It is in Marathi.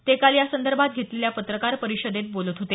ते काल या संदर्भात घेतलेल्या पत्रकार परिषदेत बोलत होते